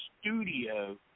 studio –